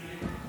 אדוני היושב